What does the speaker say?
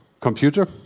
Computer